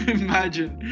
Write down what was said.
imagine